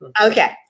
Okay